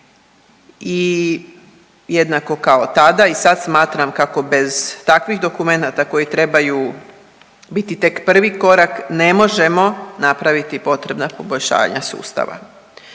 i jednako kao tada i sad smatram kako bez takvih dokumenata koji trebaju biti tek prvi korak ne možemo napraviti potrebna poboljšanja sustava.